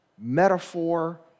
metaphor